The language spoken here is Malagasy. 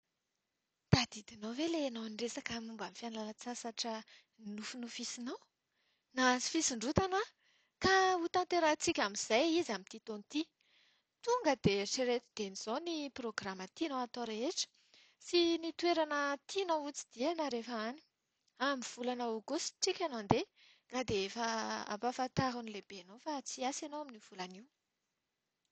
Tadidinao ve ilay ianao niresaka momba ny fialan-tsasatra nofinofinofisinao? Nahazo fisondrotana aho ka hotanterahintsika amin'izay izy amin'ity taona ity. Tonga dia eritrereto dieny izao ny programa tianao atao rehetra, sy ny toerana tianao hotsidihina rehefa any. Amin'ny volana aogositra isika no handeha ka dia efa ampahafantaro ny lehibenao fa tsy hiasa ianao amin'io volana io.